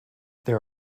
there